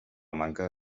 manca